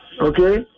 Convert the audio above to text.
Okay